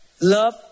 love